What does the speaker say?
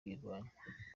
kuyirwanya